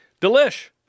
Delish